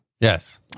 Yes